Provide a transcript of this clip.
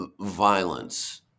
violence